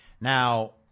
Now